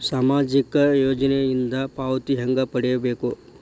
ಸಾಮಾಜಿಕ ಯೋಜನಿಯಿಂದ ಪಾವತಿ ಹೆಂಗ್ ಪಡಿಬೇಕು?